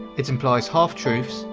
it implies half-truths,